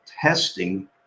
testing